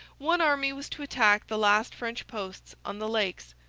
one army was to attack the last french posts on the lakes.